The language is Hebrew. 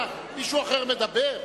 אתה לא יכול לשמוע מישהו אחר מדבר?